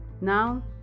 now